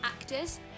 actors